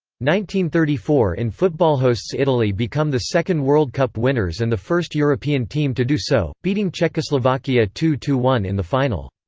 thirty four in footballhosts italy become the second world cup winners and the first european team to do so, beating czechoslovakia two two one in the final.